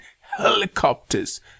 helicopters